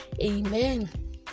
amen